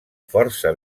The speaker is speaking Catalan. força